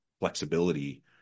flexibility